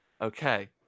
Okay